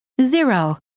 Zero